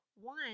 one